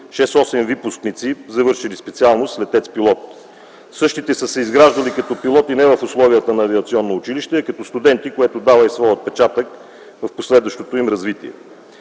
6-8 випускници, завършили специалност „летец-пилот”. Същите са се изграждали като пилоти не в условията на авиационно училище, а като студенти, което дава и своя отпечатък в последващото им развитие.